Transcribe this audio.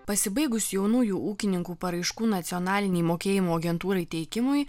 pasibaigus jaunųjų ūkininkų paraiškų nacionalinei mokėjimo agentūrai teikimui